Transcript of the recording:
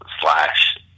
slash